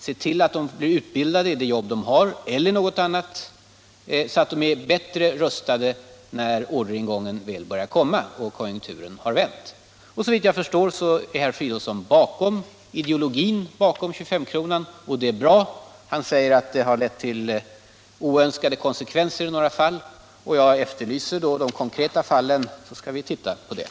Se till att de blir utbildade i det jobb de har — eller något annat — så att de är bättre rustade när orderingången väl börjar komma och konjunkturen har vänt! Såvitt jag förstår står herr Fridolfsson bakom ideologin när det gäller 25-kronan. Det är bra. Han säger att den har lett till oönskade konsekvenser i några fall. Jag efterlyser då de konkreta fallen, så skall vi titta på dem.